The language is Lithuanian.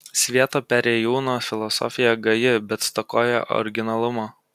svieto perėjūno filosofija gaji bet stokoja originalumo